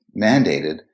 mandated